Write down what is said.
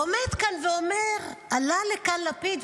הוא עומד כאן ואומר: עלה לכאן לפיד,